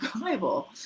Bible